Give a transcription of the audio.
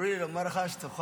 אומרים לי לומר לך שתאמר